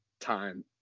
time